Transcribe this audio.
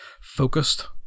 focused